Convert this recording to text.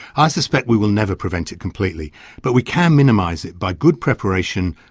i suspect we will never prevent it completely but we can minimise it by good preparation,